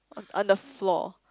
on the floor